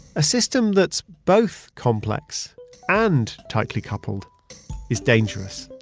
a system that's both complex and tightly coupled is dangerous.